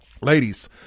Ladies